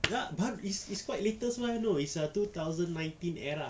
tak baru it's it's quite latest [one] you know it's two thousand nineteen era